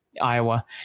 Iowa